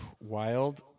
Wild